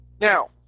Now